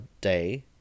day